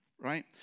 right